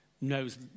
knows